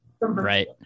Right